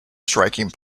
striking